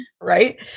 Right